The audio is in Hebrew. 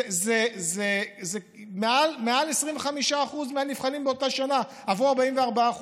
שזה מעל 25% מהנבחנים באותה שנה, עברו 44%,